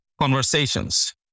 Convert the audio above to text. conversations